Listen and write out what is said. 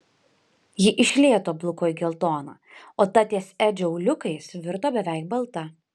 ji iš lėto bluko į geltoną o ta ties edžio auliukais virto beveik balta